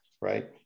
right